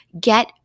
get